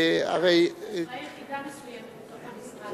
הרי, אז אולי יחידה מסוימת בתוך המשרד.